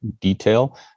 detail